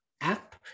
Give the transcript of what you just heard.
app